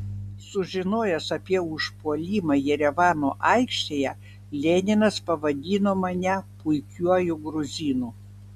sužinojęs apie užpuolimą jerevano aikštėje leninas pavadino mane puikiuoju gruzinu